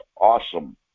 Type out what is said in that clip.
awesome